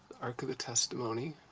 ark of the testimony,